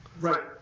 Right